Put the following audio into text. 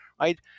right